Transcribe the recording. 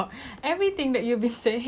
it's you I